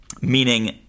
meaning